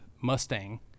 Mustang